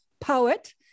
poet